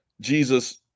Jesus